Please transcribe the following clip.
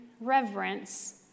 reverence